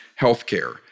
healthcare